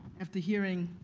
after hearing